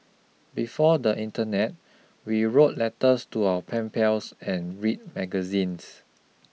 before the internet we wrote letters to our pen pals and read magazines